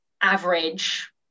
average